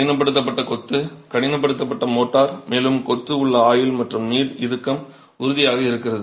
கடினப்படுத்தப்பட்ட சொத்து கடினப்படுத்தப்பட்ட மோர்ட்டார் மேலும் கொத்து உள்ள ஆயுள் மற்றும் நீர் இறுக்கம் உறுதியாக இருக்கும்